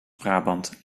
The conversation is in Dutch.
brabant